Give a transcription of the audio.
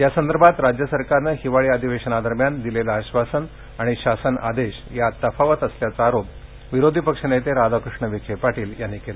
या संदर्भात राज्य सरकारनं हिवाळी अधिवेशनादरम्यान दिलेलं आश्वासन आणि शासन आदेश यात तफावत असल्याचा आरोप विरोधी पक्ष नेते राधाकृष्ण विखे पाटील यांनी केला